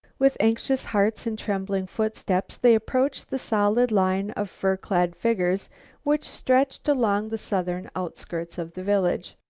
with anxious hearts and trembling footsteps they approached the solid line of fur-clad figures which stretched along the southern outskirts of the village.